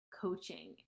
Coaching